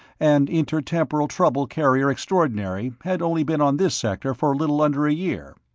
and intertemporal trouble-carrier extraordinary, had only been on this sector for a little under a year.